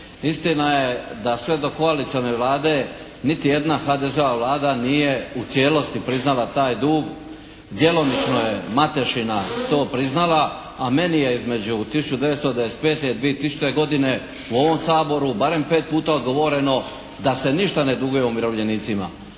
Istina je da sve do koalicione Vlade niti jedna HDZ-ova Vlada nije u cijelosti priznala taj dug. Djelomično je Matešina to priznala, a meni je između 1995. i 2000. godine u ovom Saboru barem 5 puta odgovoreno da se ništa ne duguje umirovljenicima.